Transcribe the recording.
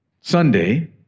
Sunday